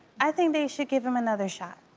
i think they should give him another shot.